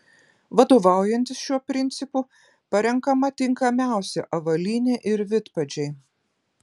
vadovaujantis šiuo principu parenkama tinkamiausia avalynė ir vidpadžiai